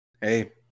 Hey